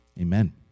Amen